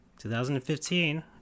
2015